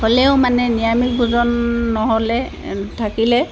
হ'লেও মানে নিৰামিষ ভোজন নহ'লে থাকিলে